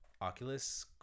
Oculus